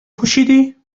پوشیدی